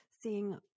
seeing